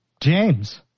James